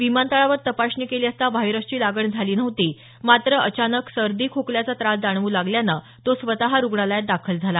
विमानतळावर तपासणी केली असता व्हायरसची लागण झाली नव्हती मात्र अचानक सर्दी खोकल्याचा त्रास जाणवू लागल्यानं तो स्वत रुग्णालयात दाखल झाला